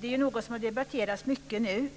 Det är något som har debatterats mycket.